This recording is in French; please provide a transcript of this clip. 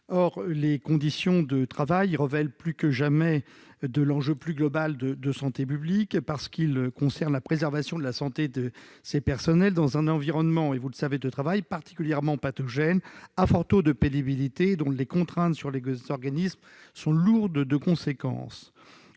Or les conditions de travail relèvent plus que jamais de l'enjeu plus global de santé publique, parce qu'elles concernent la préservation de la santé de ces personnels, dans un environnement de travail particulièrement pathogène, à fort taux de pénibilité et dont les contraintes sur les organismes sont lourdes de conséquences.